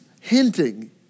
hinting